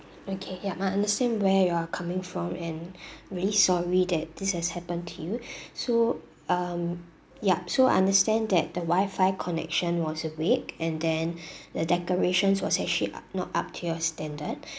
okay yup I understand where you are coming from and really sorry that this has happened to you so um yup so understand that the wifi connection was weak and then the decorations was actually not up to your standard